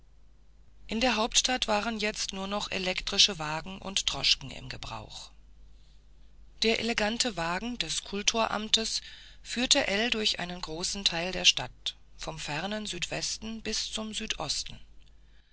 in der hauptstadt waren jetzt nur noch elektrische wagen und droschken im gebrauch der elegante wagen des kultoramts führte ell durch einen großen teil der stadt vom fernen südwest bis zum südost